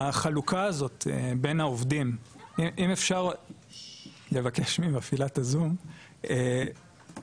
אם אפשר לבקש ממפעילת הזום לגשת לתרשים בעמוד 6,